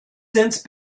since